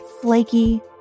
flaky